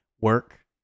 work